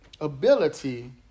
ability